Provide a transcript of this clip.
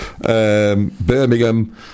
Birmingham